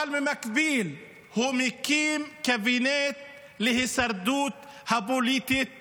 אבל במקביל הוא מקים קבינט להישרדות הפוליטית שלו.